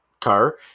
car